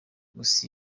gusa